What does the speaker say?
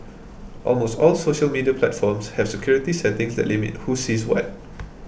almost all social media platforms have security settings that limit who sees what